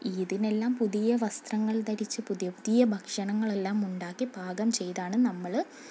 ഈദിനെല്ലാം പുതിയ വസ്ത്രങ്ങൾ ധരിചു പുതിയ പുതിയ ഭക്ഷണങ്ങളെല്ലാം ഉണ്ടാക്കി പാകം ചെയ്താണ് നമ്മൾ